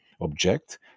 object